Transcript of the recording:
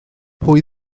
pwy